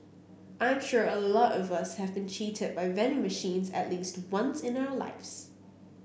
I'm sure a lot of us have been cheated by vending machines at least once in our lives